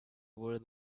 were